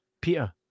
Peter